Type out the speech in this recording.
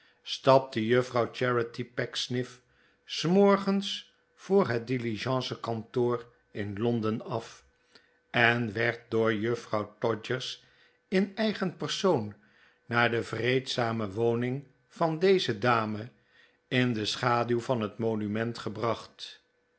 staple juffrouw charity pecksniff s morgens voor het diligencekantoor in londen af en werd door juffrouw todgers in eigen persoon naar de vreedzame woning van deze dame in de schaduw van het monument gebracht